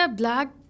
black